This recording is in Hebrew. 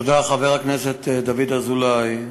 תודה, חבר הכנסת דוד אזולאי.